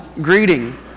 greeting